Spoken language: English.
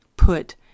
Put